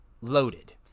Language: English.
loaded